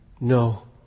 No